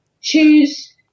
choose